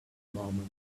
moment